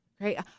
great